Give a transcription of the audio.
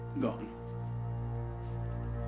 gone